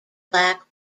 black